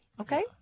Okay